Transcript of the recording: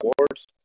awards